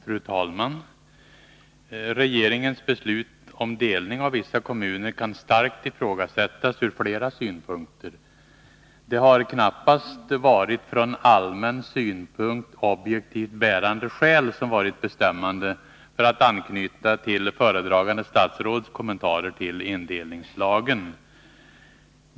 Fru talman! Regeringens beslut om delning av vissa kommuner kan starkt ifrågasättas ur flera synpunkter. Det har knappast varit från allmän synpunkt objektivt bärande skäl som varit bestämmande, för att anknyta till föredragande statsråds kommentar till indelningslagen.